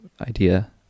idea